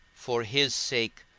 for his sake,